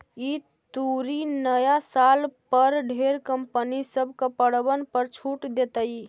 ई तुरी नया साल पर ढेर कंपनी सब कपड़बन पर छूट देतई